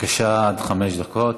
בבקשה, עד חמש דקות.